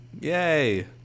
Yay